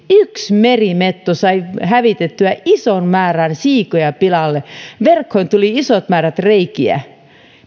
yksi merimetso sai hävitettyä ison määrän siikoja pilalle verkkoihin tuli isot määrät reikiä